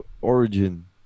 Origin